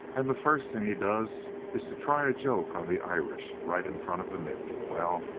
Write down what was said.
and the first thing he does is to try a joke on the irish right in front of the mick. well,